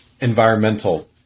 environmental